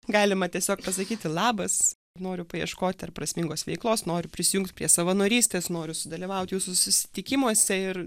galima tiesiog pasakyti labas noriu paieškoti ir prasmingos veiklos nori prisijungt prie savanorystės noriu sudalyvaut jūsų susitikimuose ir